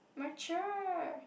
mature